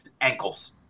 ankles